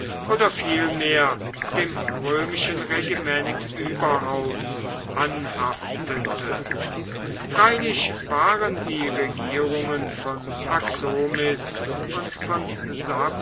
oder vielmehr dem römischen regiment überhaupt anhaftete freilich waren die regierungen von axomis und von